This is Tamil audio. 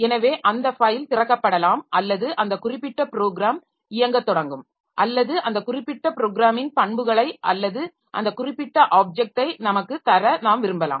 எனவே அந்த ஃபைல் திறக்கப்படலாம் அல்லது அந்த குறிப்பிட்ட ப்ரோக்ராம் இயங்கத் தொடங்கும் அல்லது அந்த குறிப்பிட்ட ப்ரோக்ராமின் பண்புகளை அல்லது அந்த குறிப்பிட்ட ஆப்ஜெக்ட்டை நமக்கு தர நாம் விரும்பலாம்